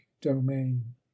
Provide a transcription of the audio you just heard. domain